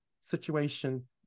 situation